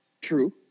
True